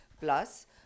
Plus